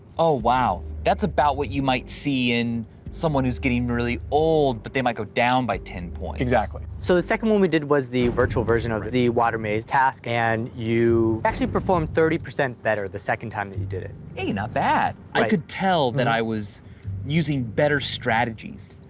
oh, wow, that's about what you might see in someone who's getting really old, but they might go down by ten point. exactly. so the second one we did was the virtual version of the the water maze task, and you actually performed thirty percent better the second time that you did it. aye, not bad, i could tell that i was using better strategies.